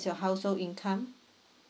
your household income